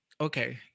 okay